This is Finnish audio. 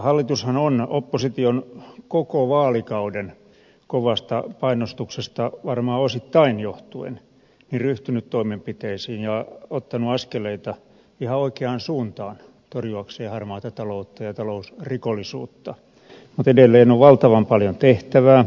hallitushan on opposition koko vaalikauden kovasta painostuksesta varmaan osittain johtuen ryhtynyt toimenpiteisiin ja ottanut askeleita ihan oikeaan suuntaan torjuakseen harmaata ta loutta ja talousrikollisuutta mutta edelleen on valtavan paljon tehtävää